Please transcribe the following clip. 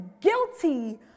guilty